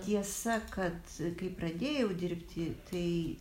tiesa kad kai pradėjau dirbti tai